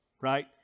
right